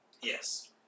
Yes